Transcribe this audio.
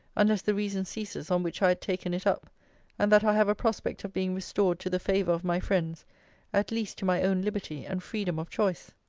unless the reason ceases on which i had taken it up and that i have a prospect of being restored to the favour of my friends at least to my own liberty, and freedom of choice